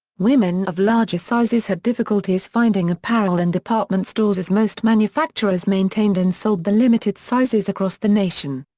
women of larger sizes had difficulties finding apparel in department stores as most manufacturers maintained and sold the limited sizes across the nation.